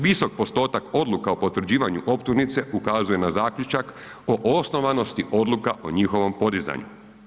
Visok postotak odluka o potvrđivanju optužnice ukazuje na zaključak o osnovanosti odluka o njihovom podizanju.